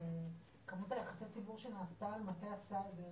כמות יחסי הציבור שנעשתה על מטה הסייבר,